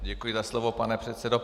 Děkuji za slovo, pane předsedo.